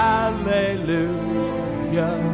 Hallelujah